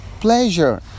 pleasure